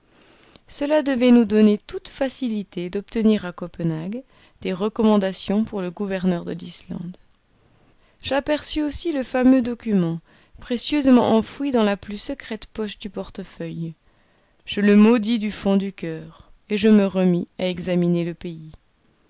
cela devait nous donner toute facilité d'obtenir à copenhague des recommandations pour le gouverneur de l'islande j'aperçus aussi le fameux document précieusement enfoui dans la plus secrète poche du portefeuille je le maudis du fond du coeur et je me remis à examiner le pays